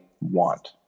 want